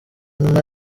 nyuma